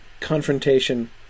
confrontation